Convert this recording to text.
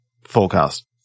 forecast